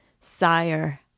Sire